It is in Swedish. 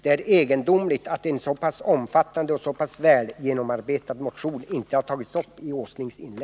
Det är egendomligt att en så pass omfattande och så pass välgenomarbetad motion inte har tagits upp i Nils Åslings inlägg.